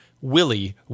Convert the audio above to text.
Willie